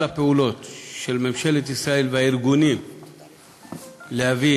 הפעולות של ממשלת ישראל והארגונים כדי להביא